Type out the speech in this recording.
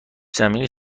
زمینی